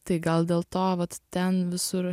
tai gal dėl to vat ten visur